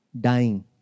dying